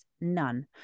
none